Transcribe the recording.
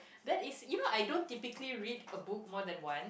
that is you know I don't typically read a book more than one